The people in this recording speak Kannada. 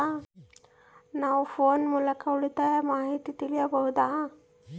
ನಾವು ಫೋನ್ ಮೂಲಕ ಉಳಿತಾಯದ ಮಾಹಿತಿ ತಿಳಿಯಬಹುದಾ?